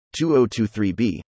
2023b